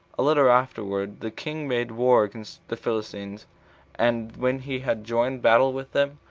a little afterward the king made war against the philistines and when he had joined battle with them,